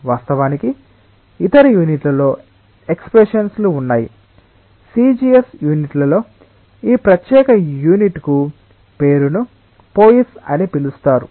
వాస్తవానికి ఇతర యూనిట్లలో ఎక్స్ప్రెషన్స్ లు ఉన్నాయి CGS యూనిట్లలో ఈ ప్రత్యేక యూనిట్కు పేరును పోయిస్ అని ఇస్తారు